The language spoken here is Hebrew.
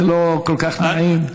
זה לא כל כך נעים.